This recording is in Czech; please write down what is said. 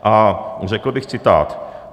A řekl bych citát.